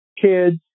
kids